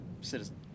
citizen